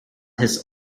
his